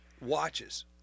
watches